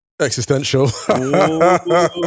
existential